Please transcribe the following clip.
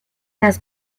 las